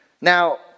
Now